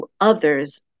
others